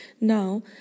Now